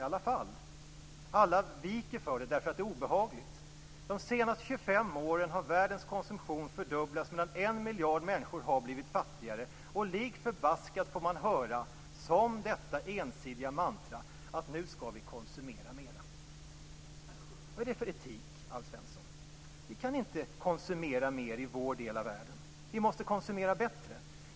Alla viker för det, därför att det är obehagligt. De senaste 25 åren har världens konsumtion fördubblats, medan 1 miljard människor har blivit fattigare. Lik förbaskat får man höra detta ensidiga mantra: Nu skall vi konsumera mera. Vad är det för etik, Alf Svensson? Vi kan inte konsumera mer i vår del av världen. Vi måste konsumera bättre.